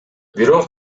бирок